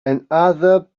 another